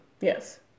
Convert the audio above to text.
Yes